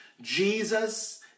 Jesus